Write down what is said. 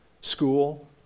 School